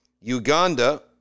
Uganda